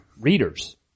readers